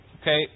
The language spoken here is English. okay